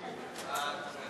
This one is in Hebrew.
שם החוק